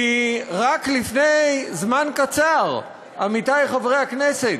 כי רק לפני זמן קצר, עמיתי חברי הכנסת,